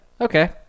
Okay